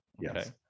Yes